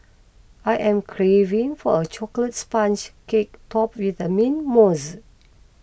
I am craving for a Chocolate Sponge Cake top with the Mint Mousse